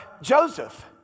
Joseph